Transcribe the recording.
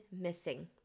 missing